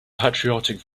patriotic